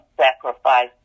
sacrifice